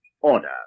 order